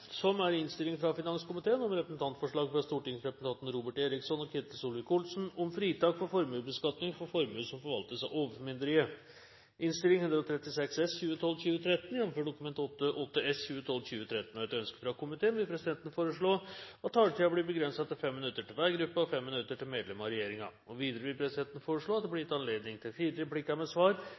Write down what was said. som mindretallet har tatt opp i innstillingen. Replikkordskiftet er omme. Etter ønske fra finanskomiteen vil presidenten foreslå at taletiden blir begrenset til 5 minutter til hver gruppe og 5 minutter til medlem av regjeringen. Videre vil presidenten foreslå at det blir gitt anledning til fire replikker med svar